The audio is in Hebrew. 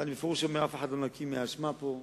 אבל אני בפירוש אומר: אף אחד לא נקי מאשמה פה.